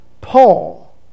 Paul